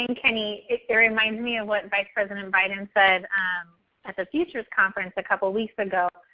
um kenny, it reminds me of what vice president and biden said at the futures conference a couple weeks ago.